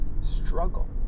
Struggle